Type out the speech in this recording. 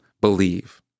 believe